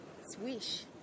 swish